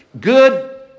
good